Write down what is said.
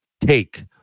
Take